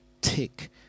Tick